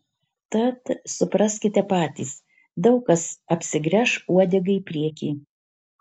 tad supraskite patys daug kas apsigręš uodega į priekį